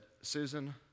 Susan